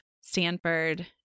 Stanford